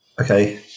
Okay